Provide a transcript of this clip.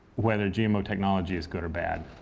whether gmo technology is good or bad.